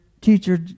teacher